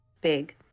big